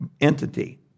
entity